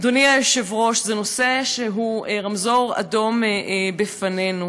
אדוני היושב-ראש, זה נושא שהוא רמזור אדום בפנינו.